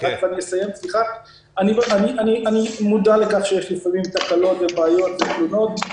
אני מודע לכך שיש לפעמים תקלות ובעיות ותלונות.